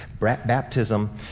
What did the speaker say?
baptism